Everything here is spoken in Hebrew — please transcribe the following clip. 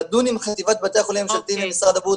נדון עם חטיבת בתי החולים הממשלתיים במשרד הבריאות